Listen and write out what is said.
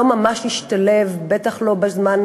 לא ממש השתלב בחברה,